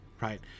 right